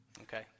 Okay